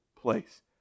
place